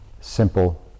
Simple